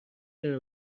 داره